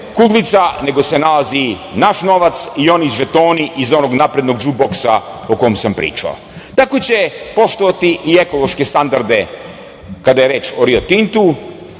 nego se nalazi naš novac i oni žetoni iz onog naprednog džuboksa o kom sam pričao. Tako će poštovati i ekološke standarde kada je reč o "Rio Tintu",